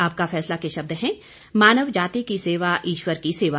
आपका फैसला के शब्द हैं मानव जाति की सेवा ईश्वर की सेवा